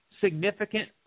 significant